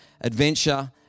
adventure